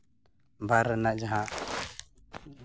ᱵᱟᱨ ᱨᱮᱱᱟᱜ ᱡᱟᱦᱟᱸ